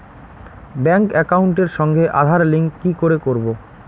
Bank একাউন্টের সঙ্গে Aadhaar link কি করে করবো?